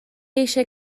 eisiau